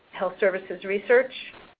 health services research.